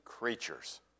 Creatures